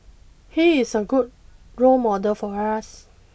he's a good role model for us